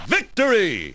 Victory